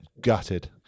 gutted